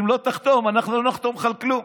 אם לא תחתום אנחנו לא נחתום לך על כלום.